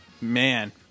Man